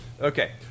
Okay